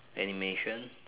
animation